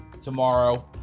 tomorrow